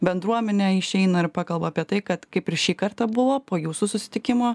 bendruomenė išeina ir pakalba apie tai kad kaip ir šį kartą buvo po jūsų susitikimo